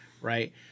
Right